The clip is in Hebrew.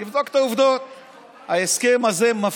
אתה מקופח ומסכן, אבל מה זה קשור לנושא?